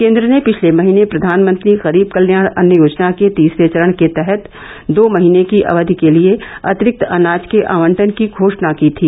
केन्द्र ने पिछले महीने प्रधानमंत्री गरीब कल्याण अन्न योजना के तीसरे चरण के तहत दो महीने की अवधि के लिए अतिरिक्त अनाज के आवंटन की घोषणा की थी